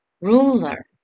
Ruler